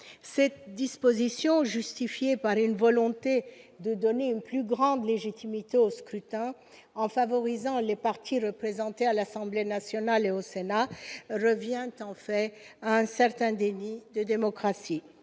cette disposition, justifiée par la volonté de donner une plus grande légitimité au scrutin en favorisant les partis représentés à l'Assemblée nationale et au Sénat, reviendrait en fait à un certain déni de démocratie.